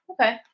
okay